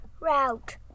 route